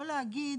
לא להגיד,